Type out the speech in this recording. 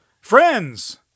friends